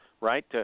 right